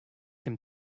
dem